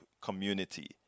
community